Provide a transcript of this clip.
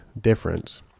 difference